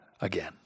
again